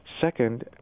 Second